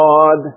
God